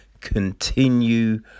continue